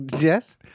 Yes